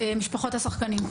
משפחות השחקנים.